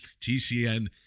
TCN